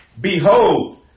Behold